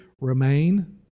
remain